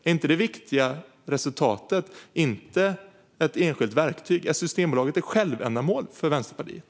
Är inte resultatet det viktiga och inte ett enskilt verktyg? Är Systembolaget ett självändamål för Vänsterpartiet?